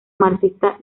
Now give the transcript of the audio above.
marxista